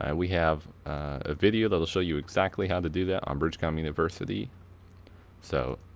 and we have a video that will show you exactly how to do that on bridgecom university so